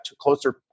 closer